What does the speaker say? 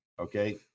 okay